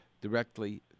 directly